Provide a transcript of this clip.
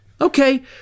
okay